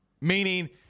Meaning